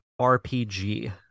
RPG